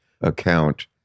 account